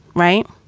right.